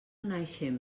naixent